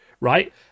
right